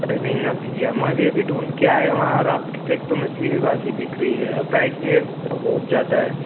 अरे नहीं ना भईया मैं अभी अभी ढूँढ के आया वहाँ और आपके तो मछली भी बासी बिक रही है और प्राइज़ भी एक तो बहुत ज़्यादा है